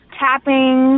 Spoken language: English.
tapping